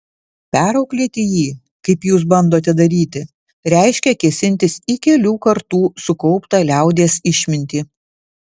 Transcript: perauklėti jį kaip jūs bandote daryti reiškia kėsintis į kelių kartų sukauptą liaudies išmintį